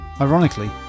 Ironically